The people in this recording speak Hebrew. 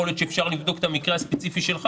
יכול להיות שאפשר לבדוק את המקרה הספציפי שלך.